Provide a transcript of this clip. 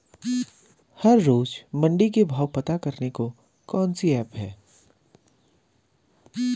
हर रोज़ मंडी के भाव पता करने को कौन सी ऐप है?